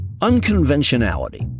Unconventionality